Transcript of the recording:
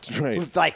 Right